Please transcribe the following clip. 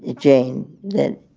jane, the.